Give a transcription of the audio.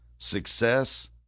Success